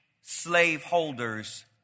slaveholders